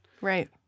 Right